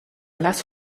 lasst